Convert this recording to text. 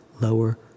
lower